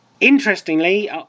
Interestingly